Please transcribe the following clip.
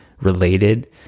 related